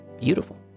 beautiful